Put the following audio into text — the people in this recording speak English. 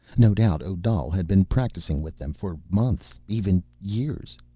no doubt odal had been practicing with them for months, even years.